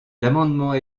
l’amendement